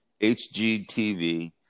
HGTV